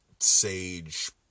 sage